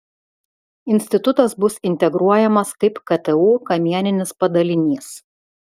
institutas bus integruojamas kaip ktu kamieninis padalinys